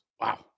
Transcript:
Wow